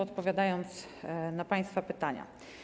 Odpowiadam na państwa pytania.